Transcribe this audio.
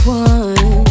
one